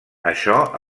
això